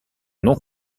non